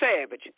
Savage